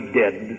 dead